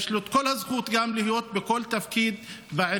יש לו את כל הזכות גם להיות בכל תפקיד בעירייה.